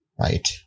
right